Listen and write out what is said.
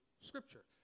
Scripture